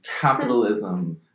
capitalism